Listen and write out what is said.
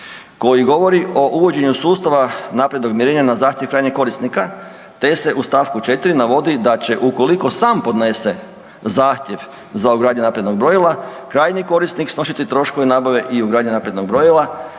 koji govori o uvođenju sustava naprednog mjerenja na zahtjev krajnjeg korisnika, te se u st. 4. navodi da će ukoliko sam podnese zahtjev za ugradnju naprednog brojila krajnji korisnik nositelj troškove nabave i ugradnje naprednog brojila,